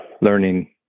learning